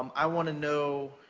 um i wanna know,